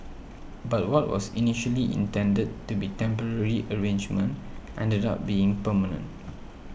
but what was initially intended to be temporary arrangement ended up being permanent